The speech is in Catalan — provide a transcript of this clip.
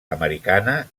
americana